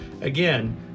Again